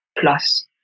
plus